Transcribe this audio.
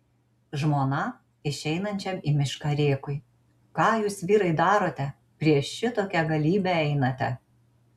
žmona išeinančiam į mišką rėkui ką jūs vyrai darote prieš šitokią galybę einate